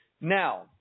Now